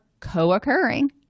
co-occurring